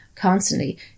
constantly